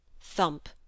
Thump